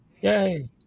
Yay